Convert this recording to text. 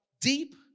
deep